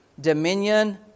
dominion